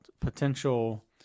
potential